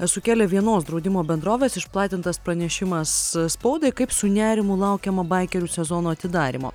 sukėlė vienos draudimo bendrovės išplatintas pranešimas spaudai kaip su nerimu laukiama baikerių sezono atidarymo